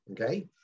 Okay